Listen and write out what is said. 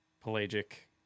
pelagic